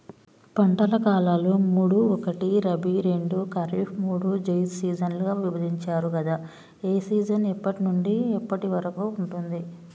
పంటల కాలాలు మూడు ఒకటి రబీ రెండు ఖరీఫ్ మూడు జైద్ సీజన్లుగా విభజించారు కదా ఏ సీజన్ ఎప్పటి నుండి ఎప్పటి వరకు ఉంటుంది?